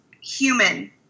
human